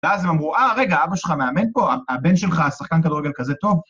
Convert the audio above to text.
ואז הם אמרו, אה רגע, אבא שלך מאמן פה, הבן שלך, השחקן כדורגל כזה טוב?